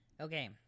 Okay